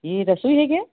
जी रस्सी है क्या